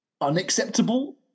unacceptable